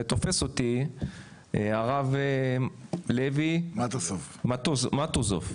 ותופס אותי הרב לוי מטוסוב,